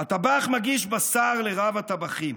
"הטבח מגיש בשר לרב-הטבחים,